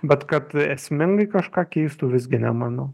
bet kad esmingai kažką keistų visgi nemanau